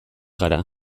gara